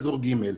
אזור ג'.